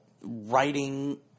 writing